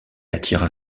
attira